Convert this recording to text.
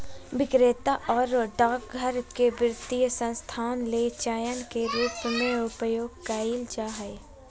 विक्रेता आरो डाकघर के वित्तीय संस्थान ले चैनल के रूप में उपयोग कइल जा हइ